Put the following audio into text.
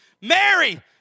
Mary